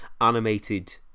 animated